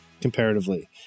comparatively